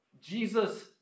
Jesus